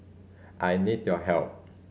I need your help